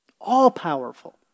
All-powerful